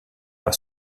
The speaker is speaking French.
par